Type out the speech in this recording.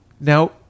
Now